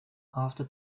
after